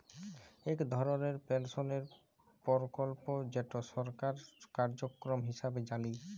ইক ধরলের পেলশলের পরকল্প যেট সরকারি কার্যক্রম হিঁসাবে জালি